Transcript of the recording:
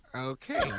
Okay